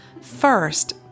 First